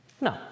No